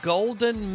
Golden